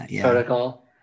protocol